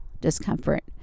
discomfort